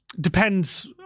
depends